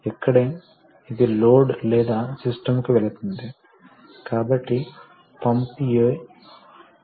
pressure force ని నిర్ణయిస్తుందని మరియు అది ఫోర్స్ ని ఎలా నిర్ణయిస్తుందని నేను చెప్పినట్లుగా ఫోర్స్ పర్ యూనిట్ ఏరియా గా ప్రెషర్ ఇవ్వబడుతుంది